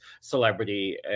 celebrity